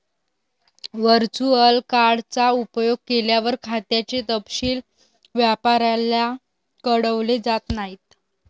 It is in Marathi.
वर्चुअल कार्ड चा उपयोग केल्यावर, खात्याचे तपशील व्यापाऱ्याला कळवले जात नाहीत